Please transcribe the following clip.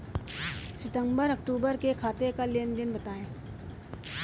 सितंबर अक्तूबर का खाते का लेनदेन बताएं